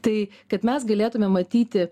tai kad mes galėtume matyti